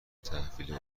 تحویل